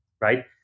right